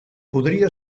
podria